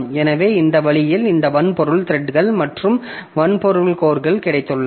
எனவே இந்த வழியில் இந்த வன்பொருள் த்ரெட்கள் மற்றும் வன்பொருள் கோர்கள் கிடைத்துள்ளன